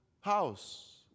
house